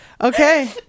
Okay